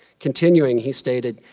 continuing, he stated,